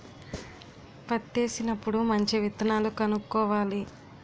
పత్తేసినప్పుడు మంచి విత్తనాలు కొనుక్కోవాలి